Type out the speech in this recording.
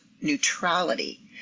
neutrality